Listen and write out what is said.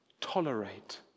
tolerate